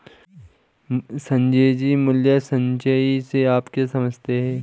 संजय जी, मूल्य संचय से आप क्या समझते हैं?